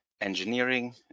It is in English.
engineering